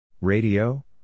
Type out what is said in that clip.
Radio